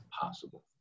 possible